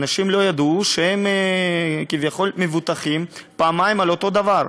אנשים לא ידעו שהם כביכול מבוטחים פעמיים על אותו דבר,